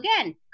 again